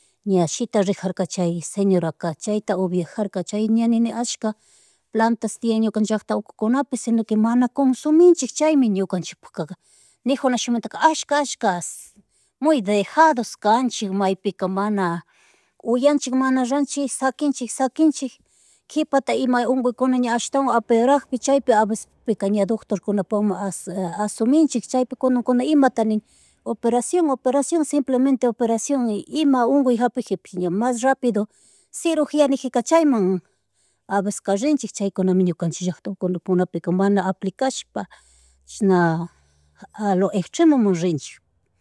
Ña shitarijaka chay señoraka chayta upijarka chay ña nini ashka platas tian ñukanchik llackta ukukunapi sino mana consuminchik chaymi ñukanchikpaka nejunashimunta ashka, ashka, muy dejados kanchik maypika mana uyanchik, mana ranchik sakinchik, sakinchik kipata ima unkuykuna ña ashtawan apeorakpi chaypi a vecespika ña doctor kunapakman asuminchik chaypikuna imata nin operaciòn, operaciòn simplemente operaciòn ima unkuy hapikhipi ña mas rapido cirujianijika chayman a veceska rinchik chaykunami ñukanchik llackta ukukunapi mana aplicashpa chashna a lo extremo mun rinchik